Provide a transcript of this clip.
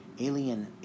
Alien